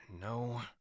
No